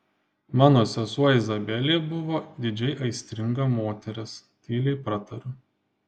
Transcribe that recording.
mano sesuo izabelė buvo didžiai aistringa moteris tyliai pratariu